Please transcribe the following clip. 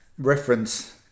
Reference